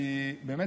כי באמת,